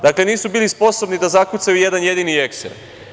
Dakle, nisu bili sposobni da zakucaju jedan jedni ekser.